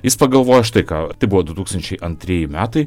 jis pagalvojo štai ką tai buvo du tūkstančiai antrieji metai